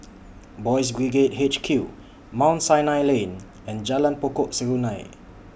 Boys' Brigade H Q Mount Sinai Lane and Jalan Pokok Serunai